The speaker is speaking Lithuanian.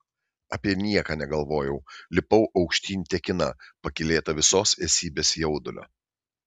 apie nieką negalvojau lipau aukštyn tekina pakylėta visos esybės jaudulio